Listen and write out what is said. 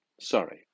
Sorry